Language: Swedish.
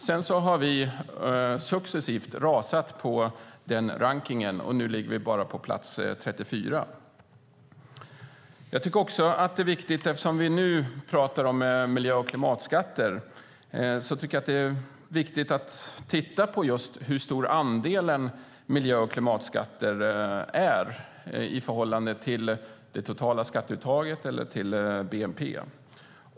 Sedan har vi successivt rasat på den rankningen, och nu ligger vi bara på plats 34. Eftersom vi nu pratar om miljö och klimatskatter tycker jag att det är viktigt att titta på just hur stor andelen miljö och klimatskatter är i förhållande till det totala skatteuttaget eller till bnp.